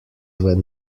when